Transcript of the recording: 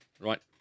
Right